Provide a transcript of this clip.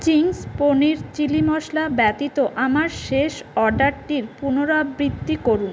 Ching's paneer chilli masala ব্যতীত আমার শেষ অর্ডারটির পুনরাবৃত্তি করুন